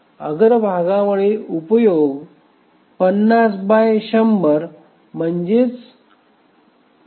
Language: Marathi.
अग्रभागामुळे उपयोग 50 बाय 100 म्हणजेच 0